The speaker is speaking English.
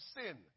sin